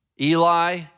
Eli